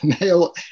male